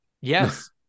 Yes